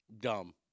dumb